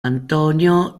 antonio